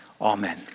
Amen